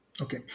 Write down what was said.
Okay